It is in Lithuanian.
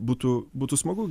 būtų būtų smagu